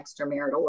extramarital